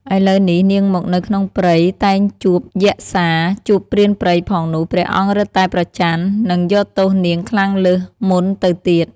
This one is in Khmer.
ឥឡូវនេះនាងមកនៅក្នុងព្រៃតែងជួបយក្សាជួបព្រានព្រៃផងនោះព្រះអង្គរឹតតែប្រច័ណ្ឌ និងយកទោសនាងខ្លាំងលើសមុនទៅទៀត។